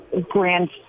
grand